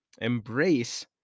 Embrace